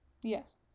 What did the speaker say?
Yes